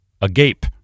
Agape